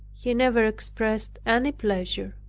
he never expressed any pleasure.